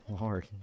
Lord